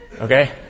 okay